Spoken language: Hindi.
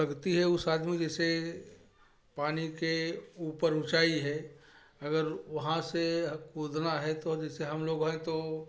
लगती है उस आदमी जैसे पानी के ऊपर ऊँचाई है अगर वहाँ से कूदना है तो जैसे हम लोग हैं तो